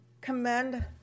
commend